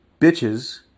bitches